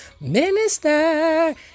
minister